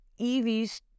EVs